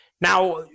Now